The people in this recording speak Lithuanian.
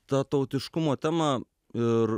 tą tautiškumo temą ir